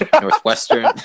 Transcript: northwestern